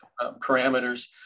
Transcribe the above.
parameters